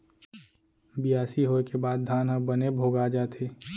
बियासी होय के बाद धान ह बने भोगा जाथे